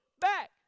back